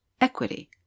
equity